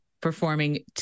performing